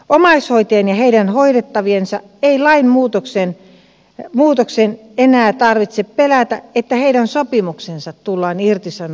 omaishoitajien ja heidän hoidettaviensa ei lainmuutoksen jälkeen enää tarvitse pelätä että heidän sopimuksensa tullaan irtisanomaan